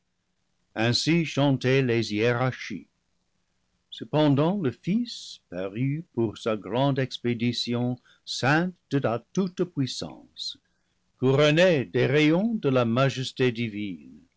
ainsi chantaient les hiérarchies cependant le fils parut pour sa grande expédition ceint de la toute-puissance couronné des rayons de la majesté divine